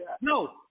No